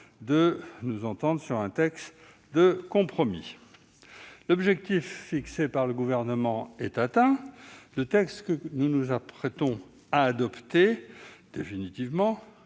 de nous entendre sur un texte de compromis. L'objectif fixé par le Gouvernement est atteint. Le texte que nous nous apprêtons à adopter confère un